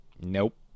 nope